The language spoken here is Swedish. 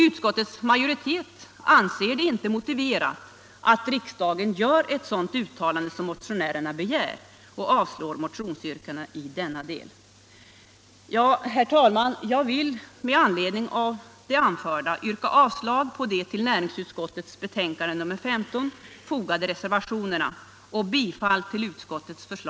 Utskottets majoritet anser det inte motiverat att riksdagen gör ett sådant uttalande som motionärerna begär och avstyrker därför motionsyrkandena i denna del.